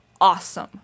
awesome